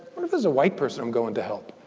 what if there's a white person i'm going to help.